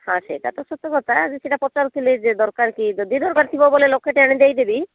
ହଁ ସେଇଟା ତ ସତ କଥା ଯଦି ସେଇଟା ପଚାରୁଥିଲି ଯେ ଦରକାର କି ଯଦି ଦରକାର ଥିବ ବୋଲେ ଲକ୍ଷଟେ ଆଣି ଦେଇଦେବି